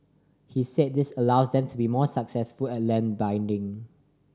he said this allows them to be more successful at land bidding